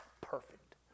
perfect